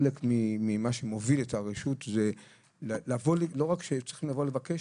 חלק ממה שמוביל את הרשות זה לא שצריכים לבוא לבקש,